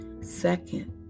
Second